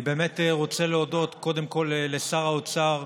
אני באמת רוצה להודות קודם כול לשר האוצר,